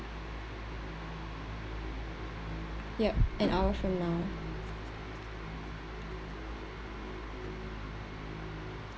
ya an hour from now